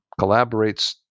collaborates